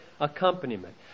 accompaniment